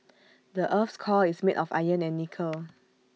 the Earth's core is made of iron and nickel